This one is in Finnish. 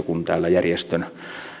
kun täällä edustamanne järjestön